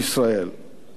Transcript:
של הרוב המשרת,